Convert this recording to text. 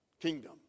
kingdom